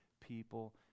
people